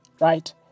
right